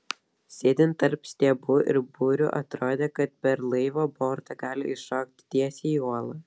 sėdint tarp stiebų ir burių atrodė kad per laivo bortą gali iššokti tiesiai į uostą